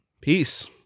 peace